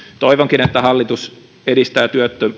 toivonkin että hallitus edistää